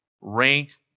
ranked